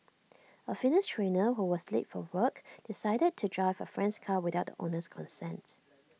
A fitness trainer who was late for work decided to drive A friend's car without the owner's consent